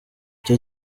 icyo